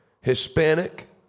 Hispanic